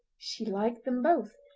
she liked them both,